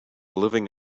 living